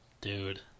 Dude